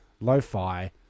lo-fi